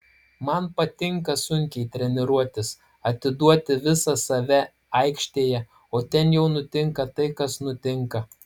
man patinka sunkiai treniruotis atiduoti visą save aikštėje o ten jau nutinka tai kas nutinka